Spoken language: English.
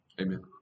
Amen